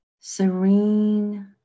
serene